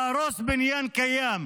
להרוס בניין קיים.